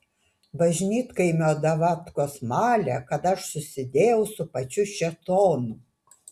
bažnytkaimio davatkos malė kad aš susidėjau su pačiu šėtonu